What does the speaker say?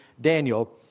Daniel